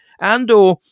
Andor